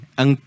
ang